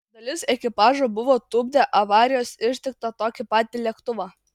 dalis ekipažo buvo tupdę avarijos ištiktą tokį patį lėktuvą